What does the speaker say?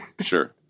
Sure